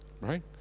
Right